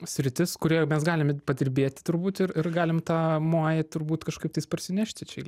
sritis kurioje mes galim padirbėti turbūt ir ir galim tą moai turbūt kažkaip tais parsinešti čia